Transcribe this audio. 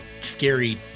scary